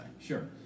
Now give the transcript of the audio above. Sure